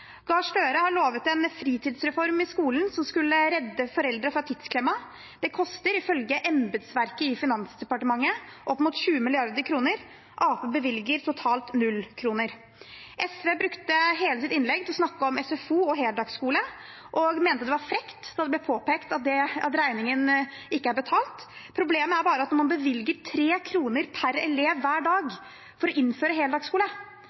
Gahr Støre har lovet en fritidsreform i skolen som skulle redde foreldre fra tidsklemma. Det koster ifølge embetsverket i Finansdepartementet opp mot 20 mrd. kr. Arbeiderpartiet bevilger totalt 0 kr. SV brukte hele sitt innlegg på å snakke om SFO og heldagsskole og mente det var frekt da det ble påpekt at regningen ikke er betalt. Problemet er bare at når man bevilger 3 kr per elev hver dag for å innføre heldagsskole,